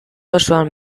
osoan